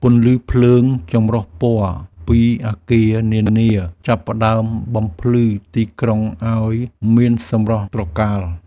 ពន្លឺភ្លើងចម្រុះពណ៌ពីអគារនានាចាប់ផ្ដើមបំភ្លឺទីក្រុងឱ្យមានសម្រស់ត្រកាល។